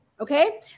Okay